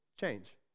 change